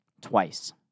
twice